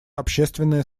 общественное